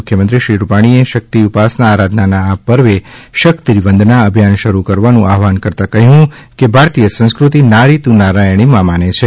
મુખ્યમંત્રી શ્રી વિજયભાઇ રૂપાણીએ શક્તિ ઉપાસના આરાધનાના આ પર્વે શક્તિવંદના અભિયાન શરૂ કરવાનું આહવાન કરતાં કહ્યું કે ભારતીય સંસ્કૃતિ નારી તું નારાયણીમાં માને છે